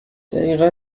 دقیقا